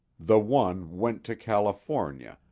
the one went to california,